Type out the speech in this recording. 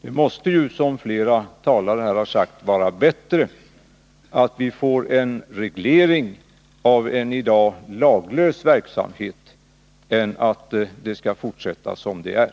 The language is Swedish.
Det måste — som flera talare har sagt — vara bättre att få en reglering av en i dag laglös verksamhet än att det hela skall fortsätta som det är.